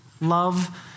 love